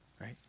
right